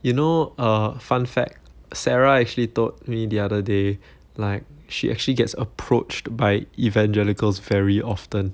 you know a fun fact sarah actually told me the other day like she actually gets approached by evangelicals very often